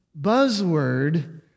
buzzword